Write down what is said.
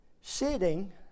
sitting